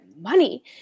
money